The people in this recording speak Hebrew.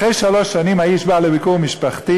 אחרי שלוש שנים האיש בא לביקור משפחתי,